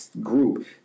group